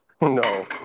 No